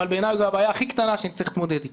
אבל בעיניי זו הבעיה הכי קטנה שנצטרך להתמודד אתה.